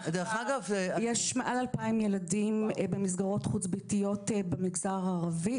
יש מעל אלפיים ילדים במסגרות חוץ ביתיות במגזר הערבי,